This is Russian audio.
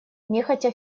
нехотя